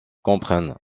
comprenne